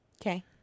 Okay